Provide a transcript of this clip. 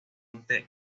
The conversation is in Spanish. monte